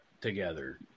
together